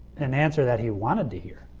an answer that he warranted to hear.